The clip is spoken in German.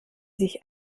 sich